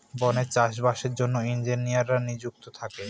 বনে চাষ বাসের জন্য ইঞ্জিনিয়াররা নিযুক্ত থাকে